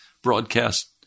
broadcast